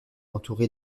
entouré